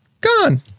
Gone